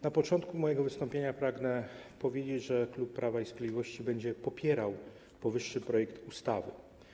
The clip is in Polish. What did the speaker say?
Na początku mojego wystąpienia pragnę powiedzieć, że klub Prawa i Sprawiedliwości będzie popierał powyższy projekt ustawy.